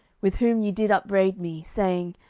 with whom ye did upbraid me, saying,